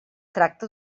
tracta